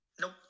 Nope